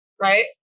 Right